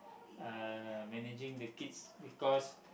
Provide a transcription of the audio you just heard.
uh managing the kids because